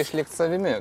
išlikt savimi